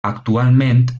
actualment